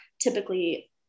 typically